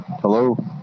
Hello